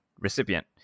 recipient